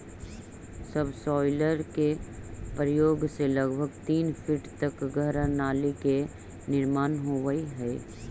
subsoiler के प्रयोग से लगभग तीन फीट तक गहरा नाली के निर्माण होवऽ हई